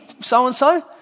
so-and-so